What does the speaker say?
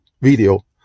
video